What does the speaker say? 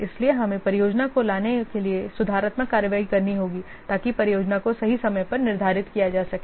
इसलिए हमें परियोजना को लाने के लिए सुधारात्मक कार्रवाई करनी होगी ताकि परियोजना को सही समय पर निर्धारित किया जा सके